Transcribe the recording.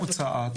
מאיזה מוצא את?